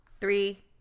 Three